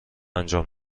انجام